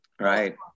Right